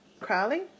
Crowley